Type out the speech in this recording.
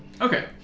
Okay